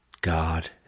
God